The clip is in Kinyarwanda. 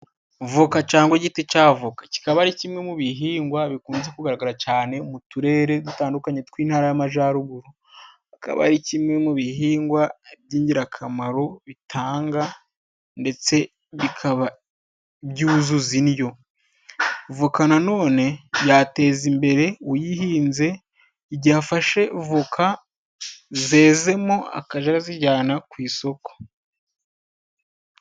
Voka cyangwa igiti cya avoka kikaba ari kimwe mu bihingwa bikunze kugaragara cyane mu turere dutandukanye tw'intara y'amajyaruguru, akaba ari kimwe mu bihingwa by'ingirakamaro bitanga, ndetse bikaba byuzuza indyo, voka na none yateza imbere uyihinze, igihe afashe voka zezemo akajya azijyana ku isoko.